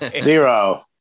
zero